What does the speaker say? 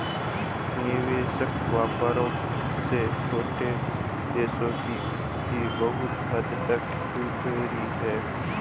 निष्पक्ष व्यापार से छोटे देशों की स्थिति बहुत हद तक सुधरी है